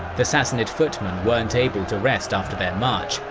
the sassanid footmen weren't able to rest after their march,